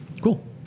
Cool